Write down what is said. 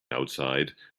outside